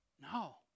No